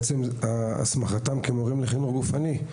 את זה מעצם הסמכתם כמורים לחינוך גופני,